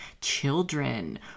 children